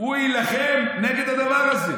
הוא יילחם נגד הדבר הזה.